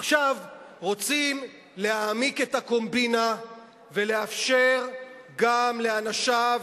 עכשיו רוצים להעמיק את הקומבינה ולאפשר גם לאנשיו